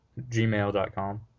gmail.com